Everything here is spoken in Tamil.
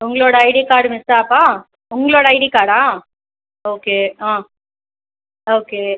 உங்களோடய ஐடி கார்டு மிஸ்ஸாப்பா உங்களோடய ஐடி கார்டா ஓகே ஆ ஓகே